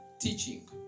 teaching